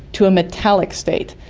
to a metallic state.